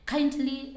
Kindly